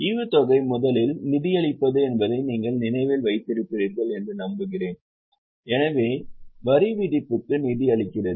ஈவுத்தொகை முதலில் நிதியளிப்பது என்பதை நீங்கள் நினைவில் வைத்திருப்பீர்கள் என்று நம்புகிறேன் எனவே வரிவிதிப்பும் நிதியளிக்கிறது